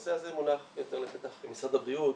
הנושא הזה מונח יותר לפתח משרד הבריאות.